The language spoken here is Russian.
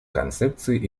концепции